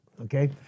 okay